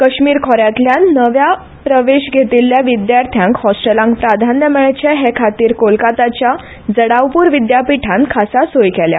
कश्मीर देगणांत नव्यान प्रवेश घेतिल्ल्या विद्यार्थ्यांक हॉस्टेलांत प्राधान्य मेळचे ाहे खातीर कोलकाताच्या जडावपूर विद्यापिठांत खासा सोय केल्या